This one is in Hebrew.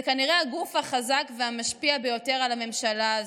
זה כנראה הגוף החזק והמשפיע ביותר על הממשלה הזו.